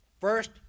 First